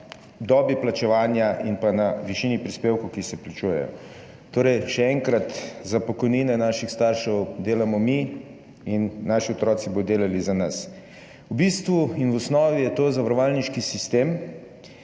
dobi plačevanja in na višini prispevkov, ki se plačujejo. Torej, še enkrat, za pokojnine naših staršev delamo mi in naši otroci bodo delali za nas. V bistvu in v osnovi je to zavarovalniški sistem